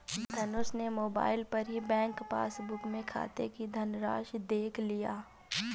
धनुष ने मोबाइल पर ही बैंक पासबुक में खाते की धनराशि देख लिया